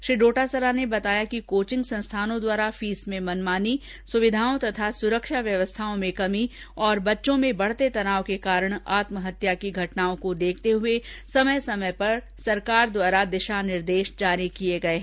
श्री डोटासरा ने बताया कि कोचिंग संस्थानों द्वारा फीस में मनमानी सुविधाओं तथा सुरक्षा व्यवस्थाओं में कमी तथा बच्चों में बढ़ते तनाव के कारण आत्महत्या की घटनाओं को देखते हये सरकार द्वारा समय समय पर दिशा निर्देश जारी किये गये हैं